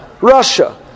Russia